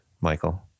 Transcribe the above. Michael